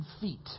feet